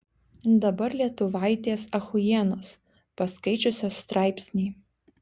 dabar lietuvaitės achuienos paskaičiusios straipsnį